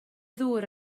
ddŵr